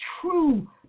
true